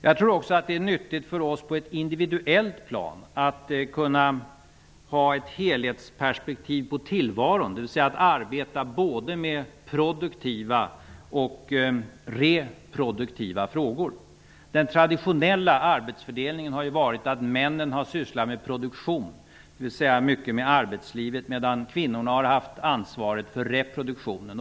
Jag tror också att det på ett individuellt plan är nyttigt för oss att ha ett helhetsperspektiv på tillvaron, dvs. att vi arbetar med både produktiva och reproduktiva frågor. Den traditionella arbetsfördelningen har inneburit att männen har sysslat med produktionen, dvs. med arbetslivet, medan kvinnorna har haft ansvaret för reproduktionen.